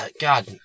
God